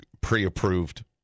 pre-approved